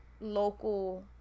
local